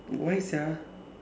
why sia